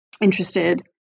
interested